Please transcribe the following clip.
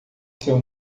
seu